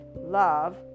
love